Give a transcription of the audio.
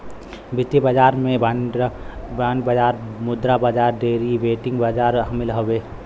वित्तीय बाजार में बांड बाजार मुद्रा बाजार डेरीवेटिव बाजार शामिल हउवे